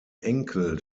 enkel